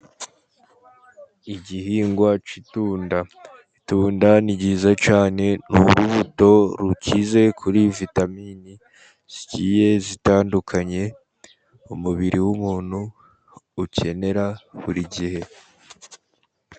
Igihingwa cy'itunda, itunda ni ryiza cyane ni urubuto rukize kuri vitamini zitandukanye umubiri w'umuntu ukenera burigihe.